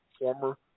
former